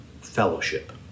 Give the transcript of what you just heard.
Fellowship